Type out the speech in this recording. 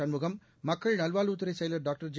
சண்முகம் மக்கள் நல்வாழ்வுத் துறை செயலர் டாக்டர் ஜெ